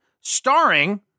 starring